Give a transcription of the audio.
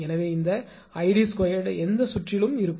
எனவே இந்த 𝑅𝐼d2 எந்த சுற்றிலும் இருக்கும்